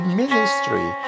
ministry